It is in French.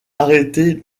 arrêter